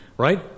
right